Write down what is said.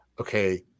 okay